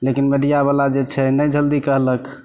लेकिन मिडियाबला जे छै नहि जल्दी कहलक